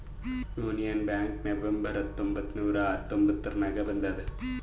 union Bank November ಹತ್ತೊಂಬತ್ತ್ ನೂರಾ ಹತೊಂಬತ್ತುರ್ನಾಗ್ ಬಂದುದ್